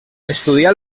estudià